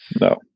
No